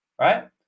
right